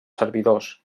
servidors